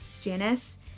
Janice